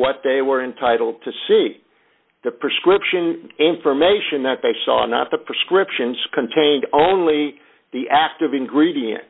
what they were entitled to see the prescription information that they saw not the prescriptions contained only the active ingredient